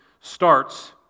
starts